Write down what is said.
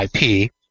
IP